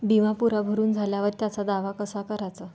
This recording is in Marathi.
बिमा पुरा भरून झाल्यावर त्याचा दावा कसा कराचा?